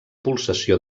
pulsació